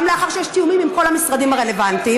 גם לאחר שיש תיאומים עם כל המשרדים הרלוונטיים.